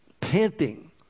Panting